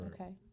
Okay